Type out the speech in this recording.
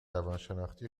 روانشناختی